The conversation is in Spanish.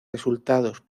resultados